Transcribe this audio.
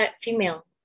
female